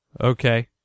Okay